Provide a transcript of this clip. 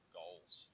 goals